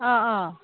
অঁ অঁ